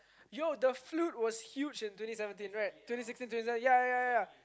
yo the flute was huge in twenty seventeen right twenty sixteen twenty seventeen ya ya ya